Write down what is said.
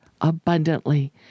abundantly